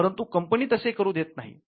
परंतु कंपनी तसे करू देत नाही